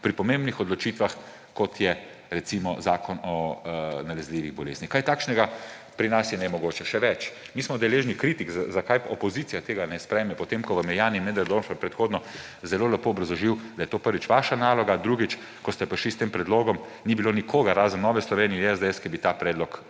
pri pomembnih odločitvah, kot je recimo zakon o nalezljivih boleznih. Kaj takšnega pri nas je nemogoče. Še več, mi smo deležni kritik, zakaj opozicija tega ne sprejme, potem ko vam je Jani Möderndorfer predhodno zelo lepo obrazložil, da je to, prvič, vaša naloga, drugič, ko ste prišli s tem predlogom, ni bilo nikogar, razen Nove Slovenije in SDS, ki bi ta predlog